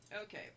okay